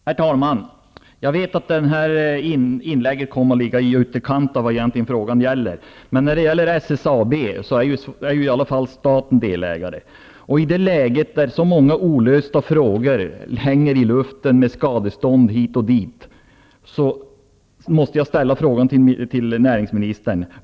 Herr talman! Jag vet att det här inlägget kommer att ligga i ytterkant av vad frågan egentligen gäller. Men när det gäller SSAB är staten i alla fall delägare. I det läge när så många frågor hänger i luften olösta -- det gäller bl.a. skadestånd hit och dit -- måste jag ställa en fråga till näringsministern.